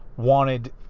wanted